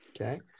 Okay